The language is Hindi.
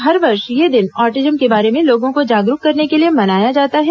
हर वर्ष ये दिन ऑटिज्म के बारे में लोगों को जागरूक करने के लिए मनाया जाता है